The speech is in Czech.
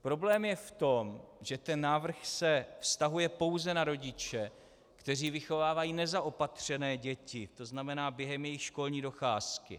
Problém je v tom, že ten návrh se vztahuje pouze na rodiče, kteří vychovávají nezaopatřené děti, to znamená během jejich školní docházky.